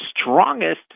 strongest